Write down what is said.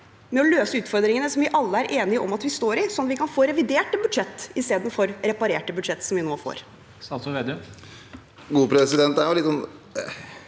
med å løse utfordringene som vi alle er enige om at vi står i, sånn at vi kan få reviderte budsjett, istedenfor reparerte budsjett, som vi nå får?